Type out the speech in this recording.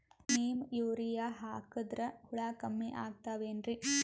Neem urea ಹಾಕದ್ರ ಹುಳ ಕಮ್ಮಿ ಆಗತಾವೇನರಿ?